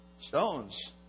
stones